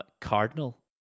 Cardinal